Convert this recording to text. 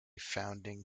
founding